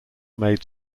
made